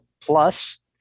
plus